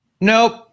Nope